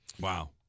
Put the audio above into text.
Wow